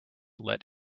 let